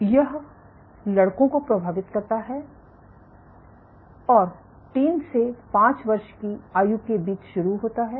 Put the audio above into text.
तो यह लड़कों को प्रभावित करता है और 3 से 5 वर्ष की आयु के बीच शुरू होता है